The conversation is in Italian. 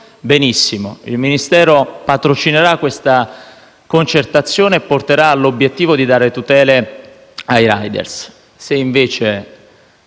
benissimo. Il Ministero patrocinerà questa concertazione e porterà l'obiettivo di dare tutele ai *riders.*